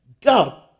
God